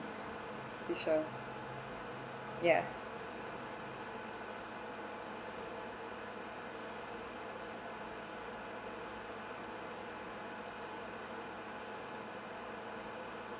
be sure ya